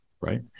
right